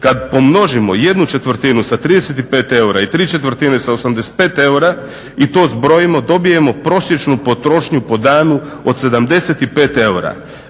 Kad pomnožimo jednu četvrtinu sa 35 eura i tri četvrtine sa 85 eura i to zbrojimo dobijemo prosječnu potrošnju po danu od 75 eura